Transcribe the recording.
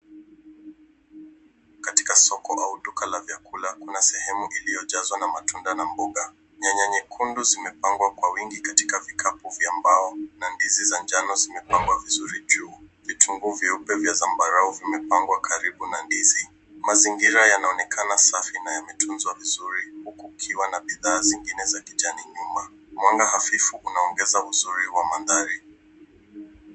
Katika soko au duka la vyakula kuna sehemu iliyojazwa na matunda na mboga. Nyanya nyekundu zimepangwa kwa wingi katika vikapu vya mbao na ndizi za njano zimepangwa vizuri juu. Vitunguu vyeupe vya zambarau vimepangwa karibu na ndizi. Mazingira yanaonekana safi na yametunzwa vizuri huku kukiwa na bidhaa zingine za kijani nyuma. Mwanga hafifu unaongeza uzuri wa mandhari.